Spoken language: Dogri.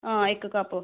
आं इक्क कप